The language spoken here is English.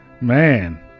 man